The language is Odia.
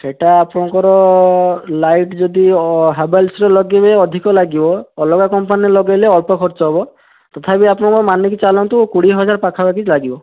ସେଇଟା ଆପଣଙ୍କର ଲାଇଟ୍ ଯଦି ହାଭେଲସ୍ର ଲଗାଇବେ ଅଧିକ ଲାଗିବ ଅଲଗା କମ୍ପାନୀର ଲଗାଇଲେ ଅଳ୍ପ ଖର୍ଚ୍ଚ ହେବ ତଥାପି ଆପଣଙ୍କର ମାନିକି ଚାଲନ୍ତୁ କୋଡ଼ିଏ ହଜାର ପାଖାପାଖି ଲାଗିବ